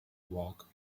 walk